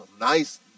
nice